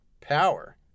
power